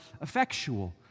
effectual